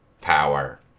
power